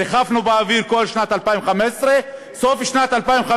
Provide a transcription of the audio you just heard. ריחפנו באוויר כל שנת 2015. סוף שנת 2015,